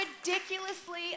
ridiculously